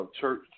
church